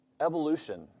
evolution